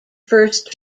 first